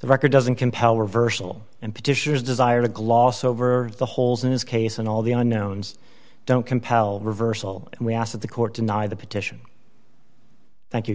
the record doesn't compel reversal and petitioners desire to gloss over the holes in this case and all the unknowns don't compel reversal and we ask that the court deny the petition thank you